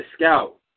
scout